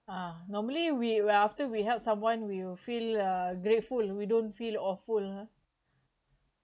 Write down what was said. uh normally we were after we help someone we'll feel uh grateful we don't feel awful ah